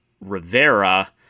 Rivera